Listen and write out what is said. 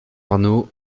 arnault